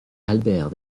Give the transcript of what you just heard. albert